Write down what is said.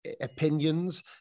opinions